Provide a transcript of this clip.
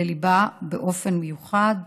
לליבה באופן מיוחד.